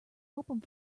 hoping